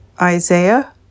Isaiah